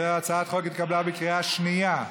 הצעת החוק התקבלה בקריאה שנייה.